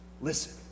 listen